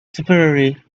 tipperary